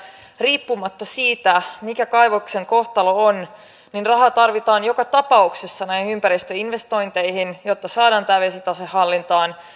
riippumatta siitä mikä kaivoksen kohtalo on rahaa tarvitaan joka tapauksessa näihin ympäristöinvestointeihin jotta saadaan tämä vesitase hallintaan